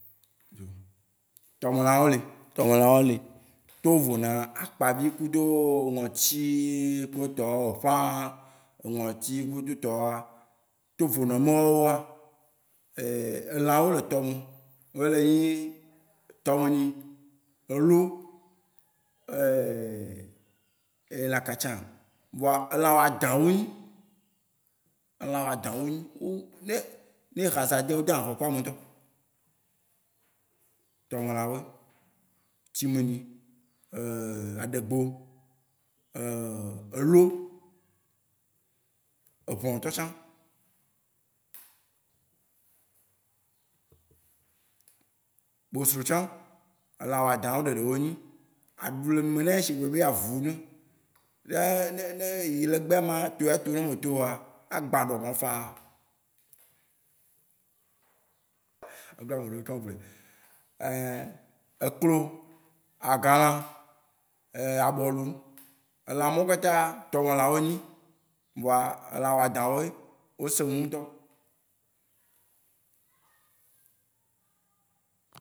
Tɔme lã wó li. Tɔme lã wó li. Tovo na akpa vi kudo ŋɔtsi ku etɔ wó, eċ, ŋɔtsi kudo etɔ wóa, tovo ne ema wóa, elã wó le tɔ me. Wó le nyi tɔmenyĩ, elo, elã ka tsã? Vɔa elã wɔ adã wó nyu. Elã wɔ adã wó nyu. O ne ne e hasardé aa, wó dona ahe ku ame ŋutɔ. Tɔme lã wóe. Tsimenyĩ aɖegbo, elo, eʋɔn ŋutɔ tsã. Bosro tsã. Elã wɔ adã wó ɖeɖe wó nyi. Aɖu le nume na eya shi gbe be avu ene. Ne ne eyi le gbea agba ɖɔ nawò fãa. eklo, agãlã, abɔlu, elã mawó kpata, tɔme lã wó nyi. Vɔa elã wɔ adã wóe. Wó sẽ ŋu ŋutɔ.